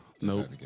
Nope